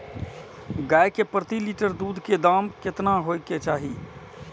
गाय के प्रति लीटर दूध के दाम केतना होय के चाही?